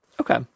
Okay